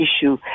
issue